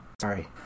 Sorry